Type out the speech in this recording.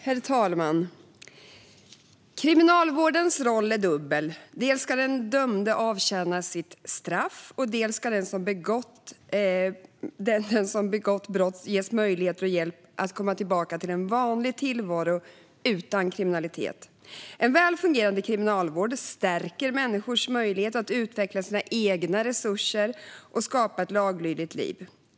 Herr talman! Kriminalvårdens roll är dubbel. Dels ska den dömde avtjäna sitt straff, dels ska den som begått brott ges möjlighet och hjälp att komma tillbaka till en vanlig tillvaro utan kriminalitet. En väl fungerande kriminalvård stärker människors möjligheter att utveckla sina egna resurser och skapa ett laglydigt liv.